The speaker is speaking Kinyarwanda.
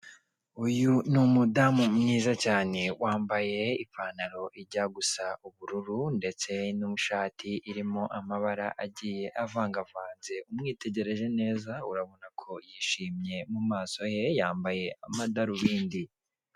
Uyu ni umudamu mwiza cyane, wambaye ipantaro ijya gusa ubururu, ndetse n'ishati irimo amabara agiye avangavanze. Umwitegereje neza urabona ko yishimye mumaso he, yambaye amadarubindi.